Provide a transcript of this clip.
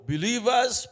Believers